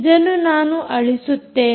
ಇದನ್ನು ನಾನು ಅಳಿಸುತ್ತೇನೆ